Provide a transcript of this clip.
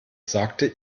sagte